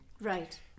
Right